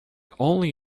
only